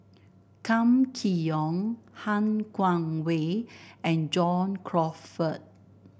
Kam Kee Yong Han Guangwei and John Crawfurd